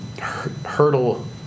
hurdle